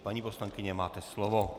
Paní poslankyně, máte slovo.